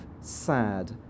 sad